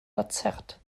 verzerrt